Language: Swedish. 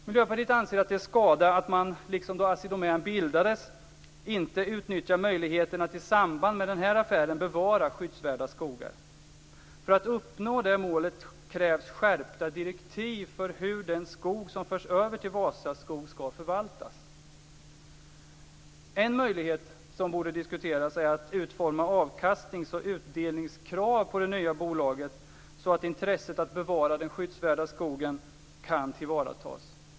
Miljöpartiet anser att det är skada att man, liksom då Assi Domän bildades, inte utnyttjar möjligheten att i samband med denna affär bevara skyddsvärda skogar. För att uppnå målet krävs skärpta direktiv för hur den skog som förs över till Vasaskog skall förvaltas. En möjlighet som borde diskuteras är att utforma avkastnings och utdelningskrav på det nya bolaget, så att intresset att bevara den skyddsvärda skogen kan tillvaratas.